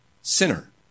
Sinner